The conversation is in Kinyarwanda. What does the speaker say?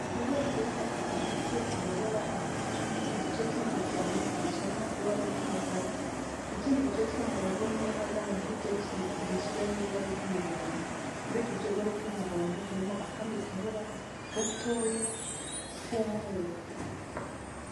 Ibendera rifite amabara atatu igice kinini cyane kigizwe n'ibara ry'umukara, ikindi gice kiri mu nguni y'ahagana hirya kigizwe n'ibara ry'umuhondo, muri iryo bara ry'umuhondo harimo akandi kabara gatoya k'umweru.